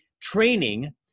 training